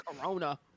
corona